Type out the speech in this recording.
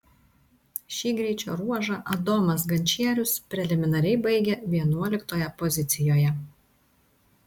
šį greičio ruožą adomas gančierius preliminariai baigė vienuoliktoje pozicijoje